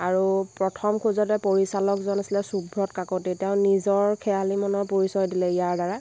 আৰু প্ৰথম খোঁজতে পৰিচালকজন আছিলে সুব্ৰত কাকতি তেওঁ নিজৰ খেয়ালী মনৰ পৰিচয় দিলে ইয়াৰ দ্বাৰা